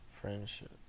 friendship